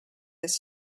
this